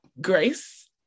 grace